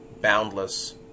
boundless